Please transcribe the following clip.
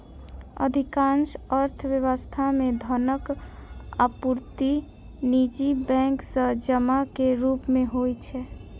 अधिकांश अर्थव्यवस्था मे धनक आपूर्ति निजी बैंक सं जमा के रूप मे होइ छै